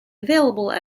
available